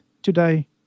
Today